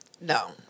No